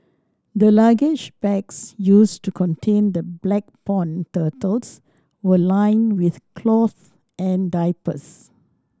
the luggage bags used to contain the black pond turtles were lined with cloth and diapers